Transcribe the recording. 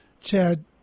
Chad